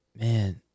man